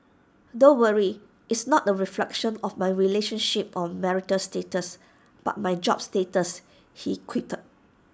don't worry it's not the reflection of my relationship or marital status but my job status he quipped